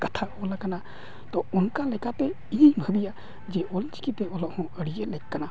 ᱠᱟᱛᱷᱟ ᱚᱞᱟᱠᱟᱱᱟ ᱛᱚ ᱚᱱᱠᱟ ᱞᱮᱠᱟᱛᱮ ᱤᱧᱤᱧ ᱵᱷᱟᱹᱵᱤᱭᱟ ᱡᱮ ᱚᱞᱪᱤᱠᱤ ᱛᱮ ᱚᱞᱚᱜ ᱦᱚᱸ ᱟᱹᱰᱤᱜᱮ ᱞᱮᱹᱠ ᱠᱟᱱᱟ